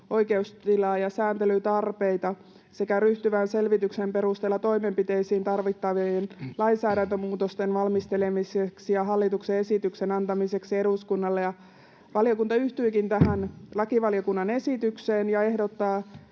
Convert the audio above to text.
oikeustilaa ja sääntelytarpeita sekä ryhtyvän selvityksen perusteella toimenpiteisiin tarvittavien lainsäädäntömuutosten valmistelemiseksi ja hallituksen esityksen antamiseksi eduskunnalle. Valiokunta yhtyikin tähän lakivaliokunnan esitykseen ja ehdottaa